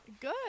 good